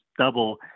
double